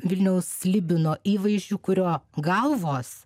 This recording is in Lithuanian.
vilniaus slibino įvaizdžiu kurio galvos